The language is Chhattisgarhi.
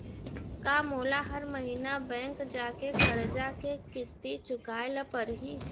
का मोला हर महीना बैंक जाके करजा के किस्ती चुकाए ल परहि?